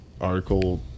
article